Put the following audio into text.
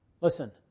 Listen